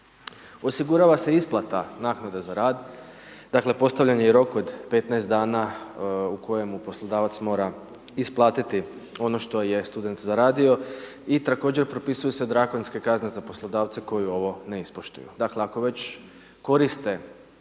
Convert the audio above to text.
Osigurava se isplata naknade za rad, dakle postavljen je rok od 15 dana u kojemu poslodavac mora isplatiti ono što je student zaradio i također propisuju se drakonske kazne za poslodavce koji ovo ne ispoštuju. Dakle, ako već koriste